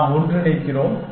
நாம் ஒன்றிணைக்கிறோம்